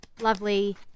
lovely